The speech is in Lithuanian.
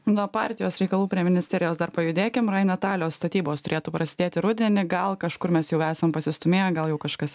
nuo partijos reikalų prie ministerijos dar pajudėkim reinmetalio statybos turėtų prasidėti rudenį gal kažkur mes jau esam pasistūmėję gal jau kažkas